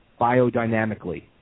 biodynamically